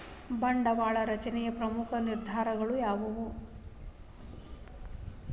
ಬಂಡವಾಳ ರಚನೆಯ ಪ್ರಮುಖ ನಿರ್ಧಾರಕಗಳು ಯಾವುವು